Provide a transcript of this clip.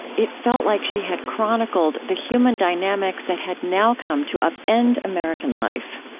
it felt like she had chronicled the human dynamics that had now come to upend american life.